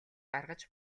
гаргаж